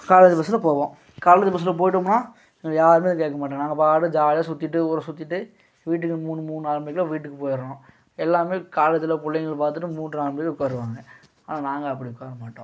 college பஸில் போவோம் college பஸில் போயிட்டோம்ன்னா எங்களை யாருமே கேட்க மாட்டோம் நாங்கள் பாட்டு ஜாலியாக சுற்றிட்டு ஊரை சுற்றிட்டு வீட்டுக்கு மூணு மூணு நாலு மணிக்கெலாம் வீட்டுக்கு போயிருவோம் எல்லாமே காலேஜில் பிள்ளைங்கள் பார்த்துட்டு மூன்றரை நாலு மணிக்கு உட்காருவாங்க ஆனால் நாங்கள் அப்படி உட்கார மாட்டோம்